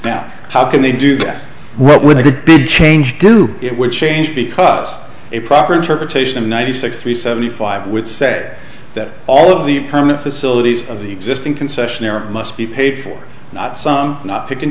now how can they do that what would make a big change do it would change because a proper interpretation of ninety six three seventy five would say that all of the permanent facilities of the existing concessionaire must be paid for not some not pick and